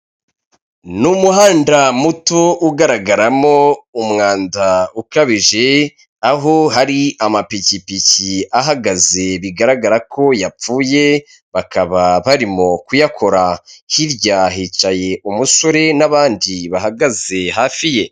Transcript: Ni umuhanda muto ugaragaramo umwanda ukabije, aho hari ama pikipiki ahagaze bigaragara ko yapfuye bakaba barimo kuyakora, hirya hicaye umusore n'abandi bahagaze hafi ye.